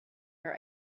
your